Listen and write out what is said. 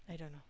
I don't know